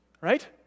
Right